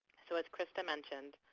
so as christa mentioned,